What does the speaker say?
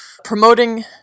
Promoting